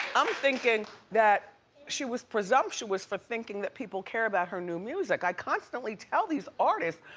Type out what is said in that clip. i'm thinking that she was presumptuous for thinking that people care about her new music. i constantly tell these artists,